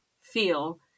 feel